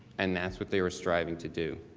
and that's what they were striving to do.